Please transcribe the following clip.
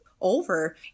over